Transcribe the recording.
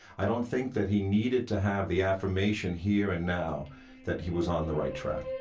i don't think that he needed to have the affirmation here and now that he was on the right track